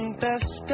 best